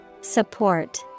Support